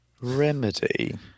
Remedy